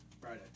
Friday